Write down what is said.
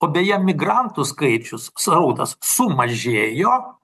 o beje migrantų skaičius srautas sumažėjo